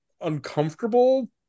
uncomfortable